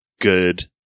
good